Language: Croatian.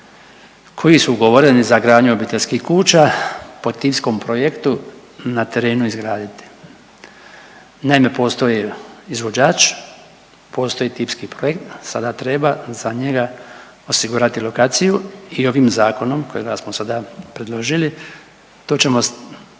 koji su ugovoreni za gradnju obiteljskih kuća po timskom projektu na terenu izgraditi. Naime, postoji izvođač, postoji tipski projekt, sada treba za njega osigurati lokaciju i ovim zakonom kojega smo sada predložili to ćemo maksimalno